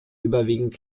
überwiegend